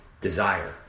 desire